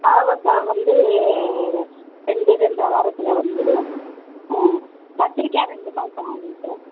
பாகக்கா வந்து ரெண்டு ரெண்ட்ரை வாரத்தில் வந்துரும் ஆ கத்திரிக்காய் ரெண்டு மாசம் ஆகும் சார்